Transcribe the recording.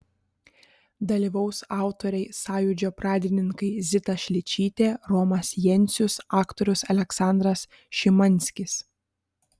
dalyvaus autoriai sąjūdžio pradininkai zita šličytė romas jencius aktorius aleksandras šimanskis